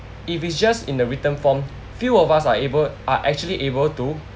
if it's just in the written form few of us are able are actually able to